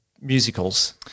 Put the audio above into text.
musicals